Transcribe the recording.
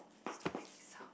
stop making sound